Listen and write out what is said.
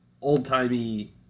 old-timey